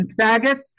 faggots